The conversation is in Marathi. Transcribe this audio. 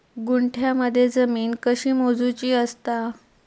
गुंठयामध्ये जमीन कशी मोजूची असता?